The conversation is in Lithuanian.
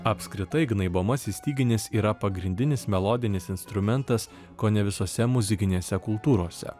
apskritai gnaibomasis styginis yra pagrindinis melodinis instrumentas kone visose muzikinėse kultūrose